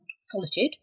solitude